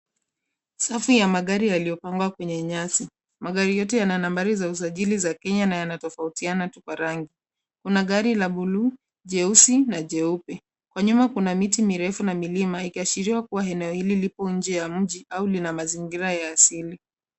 Safu ya magari yaliyopangwa kwenye nyasi. Magari yote yenye yana nambari za usajili za kenya na yanatofautiana tu kwa rangi. Kuna gari la buluu, jeusi na jeupe. Kwa nyuma kuna miti mirefu na milima ikiashiria kuwa eneo hili lipo nje ya mji au lina mazingira ya asili.